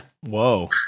Whoa